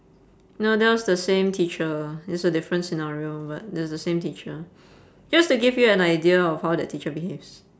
no that was the same teacher it was a different scenario but it's the same teacher just to give you an idea of how that teacher behaves